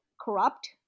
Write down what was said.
corrupt